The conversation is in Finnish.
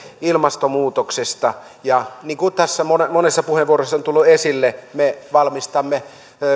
ilmastonmuutoksesta ja niin kuin tässä monessa puheenvuorossa on tullut esille me valmistamme